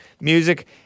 music